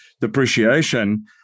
depreciation